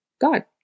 God